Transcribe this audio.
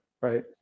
right